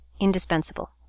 Indispensable